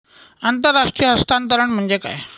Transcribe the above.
आंतरराष्ट्रीय हस्तांतरण म्हणजे काय?